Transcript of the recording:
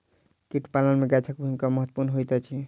कीट पालन मे गाछक भूमिका महत्वपूर्ण होइत अछि